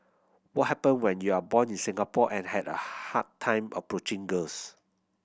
what happen when you are born in Singapore and had a hard time approaching girls